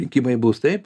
rinkimai bus taip